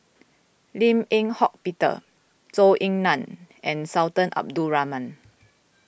Lim Eng Hock Peter Zhou Ying Nan and Sultan Abdul Rahman